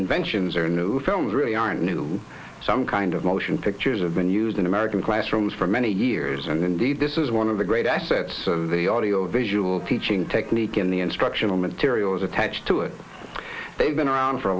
inventions or new films really aren't new some kind of motion pictures of been used in american classrooms for many years and indeed this is one of the great assets of the audio visual teaching technique in the instructional materials attached to it they've been around for a